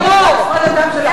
שלא נטעה.